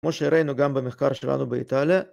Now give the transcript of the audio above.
כמו שראינו גם במחקר שלנו באיטליה.